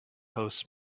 hosts